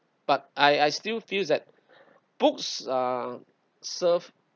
but I I still feel that books uh serve